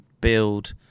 build